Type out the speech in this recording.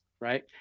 right